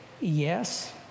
yes